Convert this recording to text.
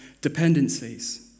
dependencies